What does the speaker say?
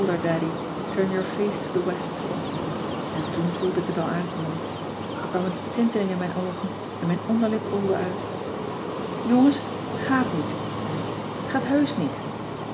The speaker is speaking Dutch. en toen voelde ik t al aankomen er kwam een tinteling in mijn oogen en mijn onderlip bobbelde uit jongens t gaat niet zei ik t gaat heusch niet